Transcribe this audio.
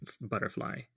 butterfly